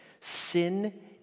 sin